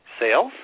sales